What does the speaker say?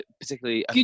particularly